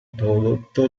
prodotto